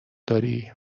داری